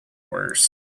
worse